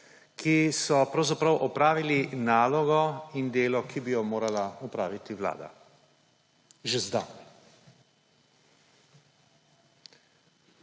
ki so pravzaprav opravili nalogo in delo, ki bi jo morala opraviti vlada. Že zdavnaj.